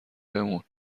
بمون